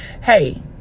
Hey